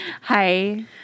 Hi